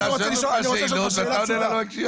לכאורה מי שכבר היום זכאי,